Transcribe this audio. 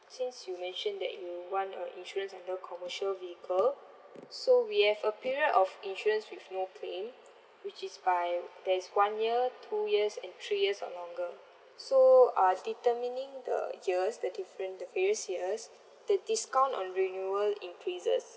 since you mentioned that you want a insurance under commercial vehicle so we have a period of insurance with no claim which is by there is one year two years and three years or longer so uh determining the years the different the various years the discount on renewal increases